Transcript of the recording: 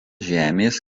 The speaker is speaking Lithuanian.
žemės